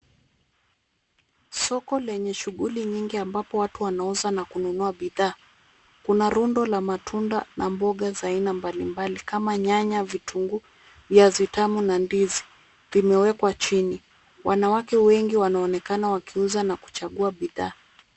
Soko lenye shughuli mingi ambapo watu wanauza na kununua bidhaa. Kuna rundo la matunda na mboga za aina mbalimbali kama nyanya, vitunguu, viazi tamu na ndizi vimewekwa chini. Wanawake wengi wanaonekana wakiuza na kuchagua bidhaa.